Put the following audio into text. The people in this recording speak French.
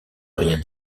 rien